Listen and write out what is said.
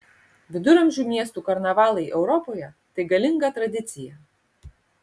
viduramžių miestų karnavalai europoje tai galinga tradicija